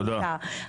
תודה.